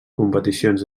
competicions